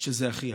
שזה אחיה.